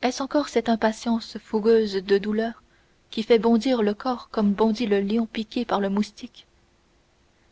est-ce encore cette impatience fougueuse de douleur qui fait bondir le corps comme bondit le lion piqué par le moustique